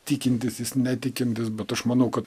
tikintis jis netikintis bet aš manau kad